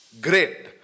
Great